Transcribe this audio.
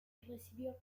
recibió